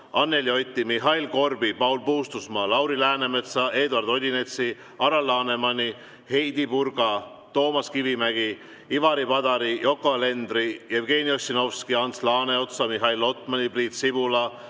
Anneli Oti, Mihhail Korbi, Paul Puustusmaa, Lauri Läänemetsa, Eduard Odinetsi, Alar Lanemani, Heidy Purga, Toomas Kivimägi, Ivari Padari, Yoko Alenderi, Jevgeni Ossinovski, Ants Laaneotsa, Mihhail Lotmani, Priit Sibula,